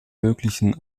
möglichen